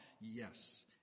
Yes